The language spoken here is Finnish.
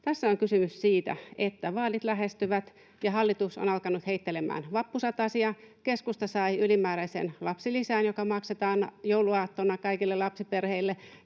tässä on kysymys siitä, että vaalit lähestyvät ja hallitus on alkanut heittelemään vappusatasia. Keskusta sai ylimääräisen lapsilisän, joka maksetaan jouluaattona kaikille lapsiperheille,